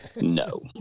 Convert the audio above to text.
no